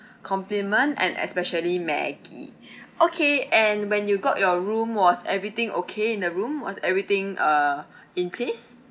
compliment and especially maggie okay and when you got your room was everything okay in the room was everything uh in place